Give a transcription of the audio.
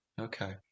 Okay